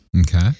Okay